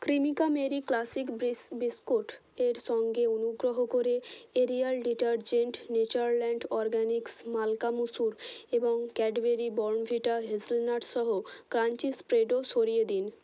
Cremica Marie classic ব্রিস biscuit এর সঙ্গে অনুগ্রহ করে এরিয়াল ডিটারজেন্ট নেচারল্যান্ড অরগ্যানিক্স মালকা মুসুর এবং ক্যাডবেরি বর্ণভিটা হেজেলনাট সহ ক্রাঞ্চি স্প্রেডও সরিয়ে দিন